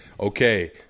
Okay